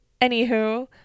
Anywho